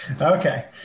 Okay